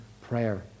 prayer